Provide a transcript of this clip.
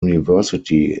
university